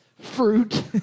Fruit